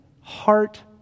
heart